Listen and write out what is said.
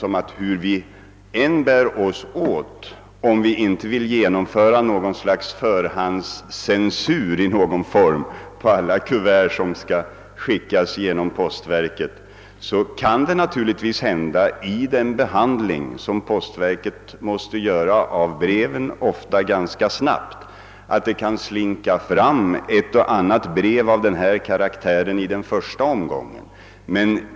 Om vi inte vill genomföra något slags förhandscensur på alla kuvert som skickas genom postverket kan det natur ligtvis hända — eftersom postverket ofta ganska snabbt måste behandla försändelserna — att ett och annat brev av denna karaktär kan slinka igenom i den första omgången.